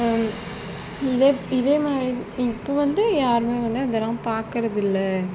இதே இதே மாதிரி இப்போ வந்து யாருமே வந்து அதெலாம் பார்க்குறது இல்லை